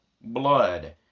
blood